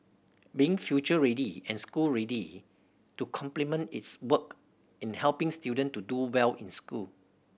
being future ready and school ready to complement its work in helping student to do well in school